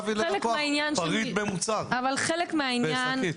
אפשר לומר כמעט בלי שבדקתי את זה,